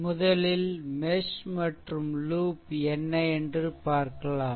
முதலில் மெஷ் மற்றும் லூப் என்ன என்று பார்க்கலாம்